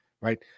right